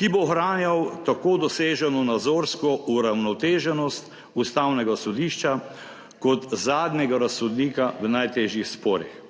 ki bo ohranjal tako doseženo nazorsko uravnoteženost Ustavnega sodišča kot zadnjega razsodnika v najtežjih sporih.